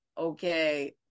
Okay